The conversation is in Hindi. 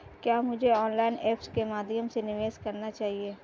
क्या मुझे ऑनलाइन ऐप्स के माध्यम से निवेश करना चाहिए?